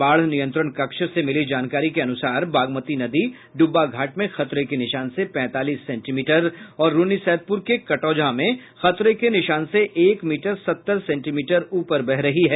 बाढ़ नियंत्रण कक्ष से मिली जानकारी के अनुसार बागमती नदी डुब्बा घाट में खतरे के निशान से पैंतालीस सेंटीमीटर और रून्नीसैदपुर के कटौझा में खतरे के निशान से एक मीटर सत्तर सेंटीमीटर ऊपर बह रही है